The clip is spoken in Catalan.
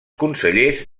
consellers